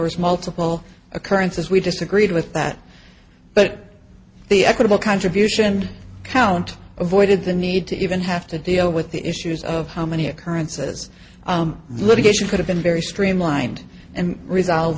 was multiple occurrences we disagreed with that but the equitable contribution count avoided the need to even have to deal with the issues of how many occurences litigation could have been very streamlined and resolve